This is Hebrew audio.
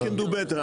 we can do better,